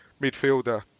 midfielder